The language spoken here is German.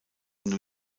new